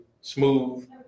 smooth